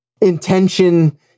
intention